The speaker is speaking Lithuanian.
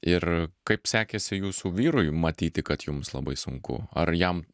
ir kaip sekėsi jūsų vyrui matyti kad jums labai sunku ar jam